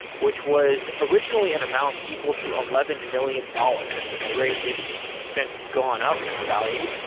which was originally an amount equal to eleven million dollars. when they raised it, it's since gone up in value.